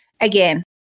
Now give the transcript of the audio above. again